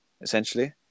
essentially